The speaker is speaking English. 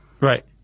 Right